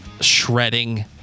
shredding